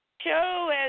show